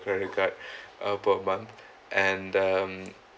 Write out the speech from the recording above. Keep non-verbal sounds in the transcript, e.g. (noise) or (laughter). credit cad (breath) uh per month and um